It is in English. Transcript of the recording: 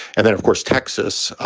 and then, of course, texas,